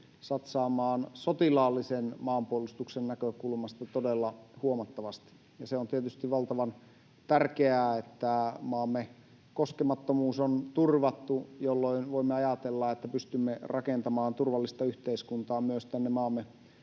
satsaamaan sotilaallisen maanpuolustuksen näkökulmasta todella huomattavasti. Se on tietysti valtavan tärkeää, että maamme koskemattomuus on turvattu, jolloin voimme ajatella, että pystymme rakentamaan turvallista yhteiskuntaa myös tänne maamme